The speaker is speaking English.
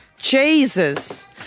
Jesus